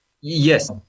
Yes